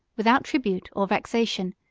without tribute or vexation,